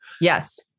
Yes